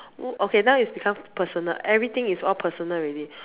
oh okay now is become personal everything is all personal already